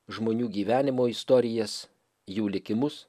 žmonių gyvenimo istorijas jų likimus